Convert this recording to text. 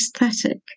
aesthetic